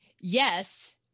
yes